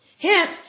Hence